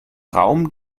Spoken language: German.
raum